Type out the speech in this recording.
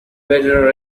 better